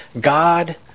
God